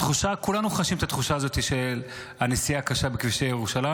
כולנו חשים את התחושה הזאת של הנסיעה קשה בכבישי ירושלים.